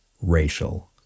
racial